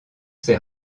ses